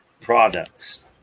products